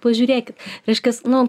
pažiūrėkit reiškias nu